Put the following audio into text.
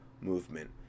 movement